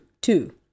two